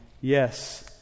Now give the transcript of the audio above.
yes